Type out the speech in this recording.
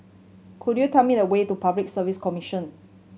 could you tell me the way to Public Service Commission